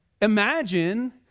imagine